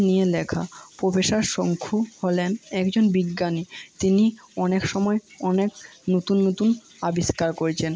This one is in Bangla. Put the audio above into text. নিয়ে লেখা প্রফেসর শঙ্কু হলেন একজন বিজ্ঞানী তিনি অনেক সময় অনেক নতুন নতুন আবিষ্কার করেছেন